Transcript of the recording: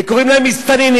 וקוראים להם מסתננים,